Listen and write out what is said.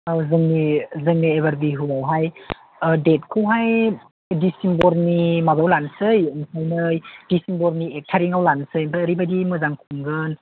आ जोंनि जोंनि बिहुआवहाय ओ डेटखौहाय दिसेम्बरनि माबायाव लानोसै बेनिखायनो दिसेम्बरनि एक थारिखाव लानोसै ओमफ्राय ओरैबायदि मोजां खुंगोन